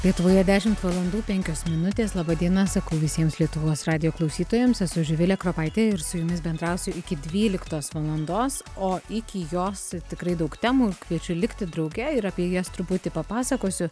lietuvoje dešimt valandų penkios minutės laba diena sakau visiems lietuvos radijo klausytojams esu živilė kropaitė ir su jumis bendrausiu iki dvyliktos valandos o iki jos tikrai daug temų kviečiu likti drauge ir apie jas truputį papasakosiu